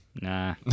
Nah